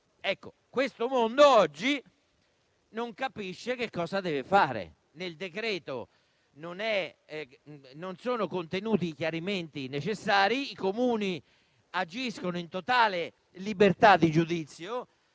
Questo mondo oggi non capisce che cosa deve fare. Nel decreto-legge in esame non sono contenuti i chiarimenti necessari; i Comuni agiscono in totale libertà di giudizio